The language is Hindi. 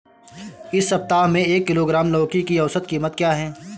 इस सप्ताह में एक किलोग्राम लौकी की औसत कीमत क्या है?